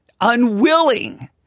unwilling